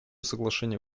соглашение